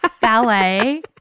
ballet